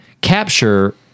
capture